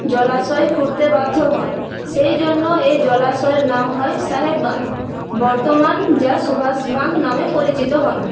জলাশয় খুঁড়তে বাধ্য হন সেইজন্য এই জলাশয়ের নাম হয় সাহেব বাঁধ বর্তমানে যা সুভাষ বাঁধ নামে পরিচিত হয়